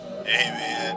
Amen